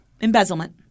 Embezzlement